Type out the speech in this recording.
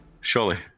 Surely